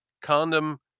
Condom